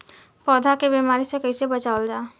पौधा के बीमारी से कइसे बचावल जा?